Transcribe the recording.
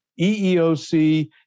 EEOC